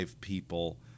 people